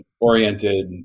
oriented